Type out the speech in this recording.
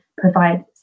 provide